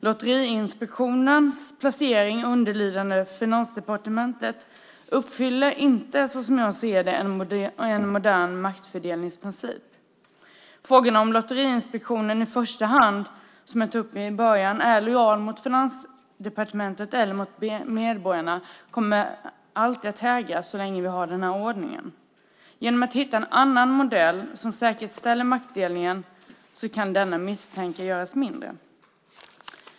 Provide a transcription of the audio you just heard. Lotteriinspektionens placering underlydande Finansdepartementet uppfyller inte som jag ser det en modern maktdelningsprincip. Frågan om Lotteriinspektionen i första hand, som jag tog upp i början, är lojal mot Finansdepartementet eller mot medborgarna kommer alltid att hägra så länge vi har denna ordning. Genom att hitta en annan modell som säkerställer maktdelningen kan denna misstänkliggöras mindre.